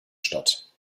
statt